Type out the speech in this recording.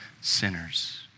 sinners